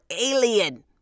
alien